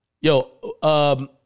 Yo